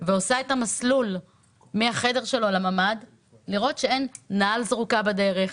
ועושה את המסלול עד לממ"ד כדי לראות שאין נעל זרוקה בדרך,